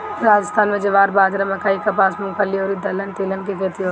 राजस्थान में ज्वार, बाजारा, मकई, कपास, मूंगफली अउरी दलहन तिलहन के खेती होखेला